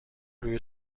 روی